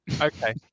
okay